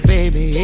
Baby